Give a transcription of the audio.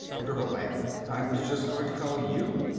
the girl laughed. i was just going to call you,